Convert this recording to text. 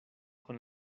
con